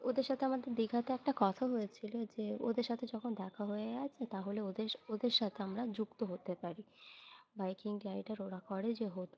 ওদের সাথে আমাদের দীঘাতে একটা কথা হয়েছিলো যে ওদের সাথে যখন দেখা হয়ে আছে তাহলে ওদের ওদের সাথে আমরা যুক্ত হতে পারি বাইকিং রাইডার ওরা করে যে হতো